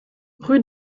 rue